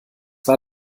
war